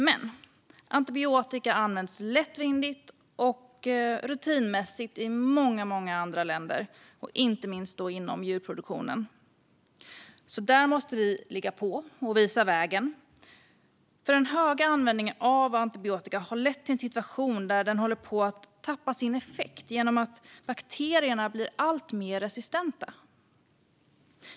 Men i många andra länder används antibiotika lättvindigt och rutinmässigt, inte minst i djurproduktionen. Där måste vi ligga på och visa vägen, för den höga användningen av antibiotika har lett till en situation där den håller på att tappa sin effekt genom att bakterierna blir alltmer resistenta.